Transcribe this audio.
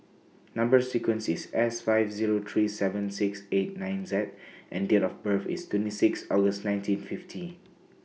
Number sequence IS S five Zero three seven six eight nine Z and Date of birth IS twenty six August nineteen fifty